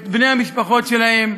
את בני המשפחות שלהם,